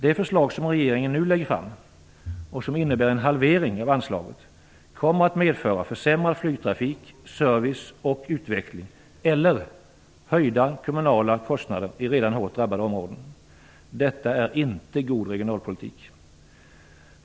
Det förslag som regeringen nu lägger fram, som innebär en halvering av anslaget, kommer att medföra försämrad flygtrafik, service och utveckling eller höjda kommunala kostnader i redan hårt drabbade områden. Detta är inte god regionalpolitik.